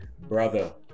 brother